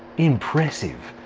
impressive.